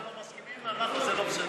זה לא בסדר,